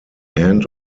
end